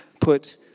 put